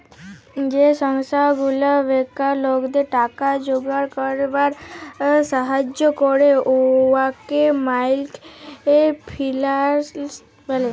যে সংস্থা গুলা বেকার লকদের টাকা জুগাড় ক্যইরবার ছাহাজ্জ্য ক্যরে উয়াকে মাইকর ফিল্যাল্স ব্যলে